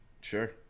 Sure